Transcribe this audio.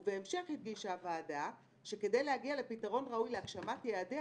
ובהמשך הדגישה הוועדה שכדי להגיע לפתרון ראוי להגשמת יעדיה,